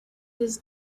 his